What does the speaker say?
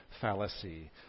fallacy